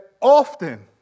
often